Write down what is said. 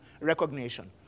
recognition